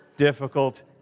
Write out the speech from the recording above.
difficult